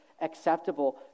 acceptable